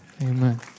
Amen